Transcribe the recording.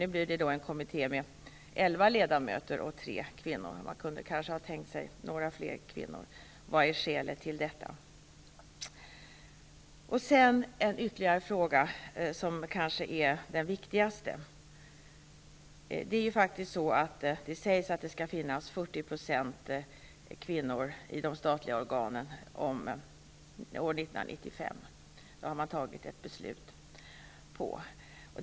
Nu blir det en kommitté bestående av elva ledamöter, varav tre är kvinnor. Man kunde kanske ha tänkt sig några fler kvinnor. Vad är skälet till detta? Jag vill ta upp ytterligare en fråga, som kanske är den viktigaste. Det sägs ju att det skall finnas 40 % kvinnor i de statliga organen år 1995. Detta har man fattat ett beslut om.